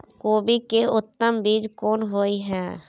कोबी के उत्तम बीज कोन होय है?